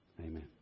Amen